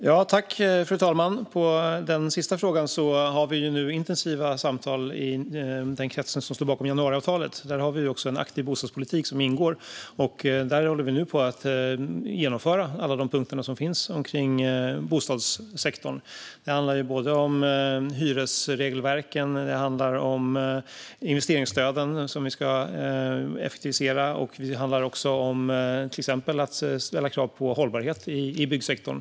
Fru talman! När det gäller den sista frågan har vi nu intensiva samtal i den krets som står bakom januariavtalet. Där ingår en aktiv bostadspolitik, och vi håller på att genomföra alla de punkter som finns i fråga om bostadssektorn. Det handlar om hyresregelverken. Det handlar om investeringsstöden, som vi ska effektivisera. Det handlar också till exempel om att ställa krav på hållbarhet i byggsektorn.